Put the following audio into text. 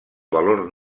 valor